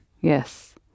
Yes